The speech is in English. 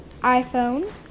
iPhone